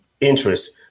interest